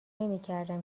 نمیکردم